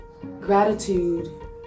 Gratitude